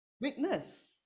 witness